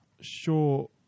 Sure